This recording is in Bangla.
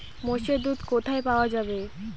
মোষের দুধ কোথায় পাওয়া যাবে?